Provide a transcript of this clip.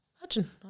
Imagine